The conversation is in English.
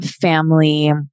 family